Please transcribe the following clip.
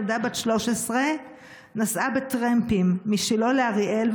ילדה בת 13 נסעה בטרמפים משילה לאריאל,